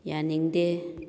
ꯌꯥꯅꯤꯡꯗꯦ